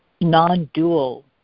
non-dual